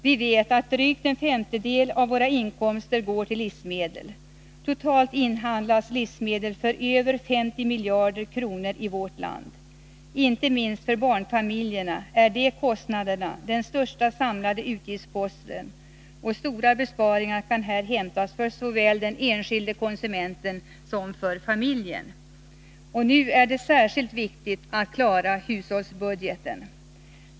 Vi vet att drygt en femtedel av våra inkomster går till livsmedel. Totalt inhandlas livsmedel för över 50 miljarder kronor i vårt land. Inte minst för barnfamiljerna är de kostnaderna den största samlade utgiftsposten, och stora besparingar kan här hämtas för såväl den enskilde konsumenten som familjen. Nu är det särskilt viktigt att klara hushållsbudgeten.